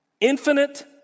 Infinite